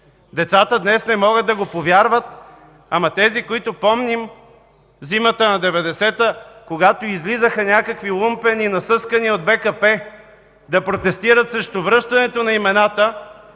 Децата днес не могат да го повярват, ама тези, които помним зимата на 1990 г., когато излизаха някакви лумпени, насъскани от БКП, да протестират срещу връщането на имената,